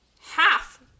half